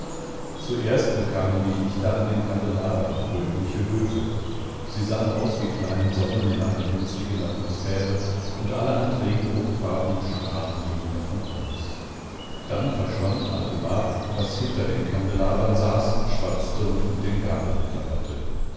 zuerst bekamen die lichter an den kandelabern rötliche höfe sie sahen aus wie kleine sonnen in einer dunstigen atmosphäre und allerhand regenbogenfarbene strahlen gingen davon aus dann verschwand allgemach was hinter den kandelabern saß schwatzte und mit den gabeln klapperte